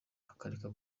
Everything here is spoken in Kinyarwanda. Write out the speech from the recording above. akareka